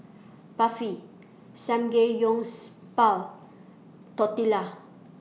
Barfi Tortillas